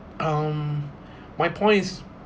um my point's